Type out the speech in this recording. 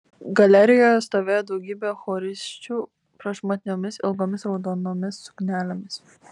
galerijoje stovėjo daugybė chorisčių prašmatniomis ilgomis raudonomis suknelėmis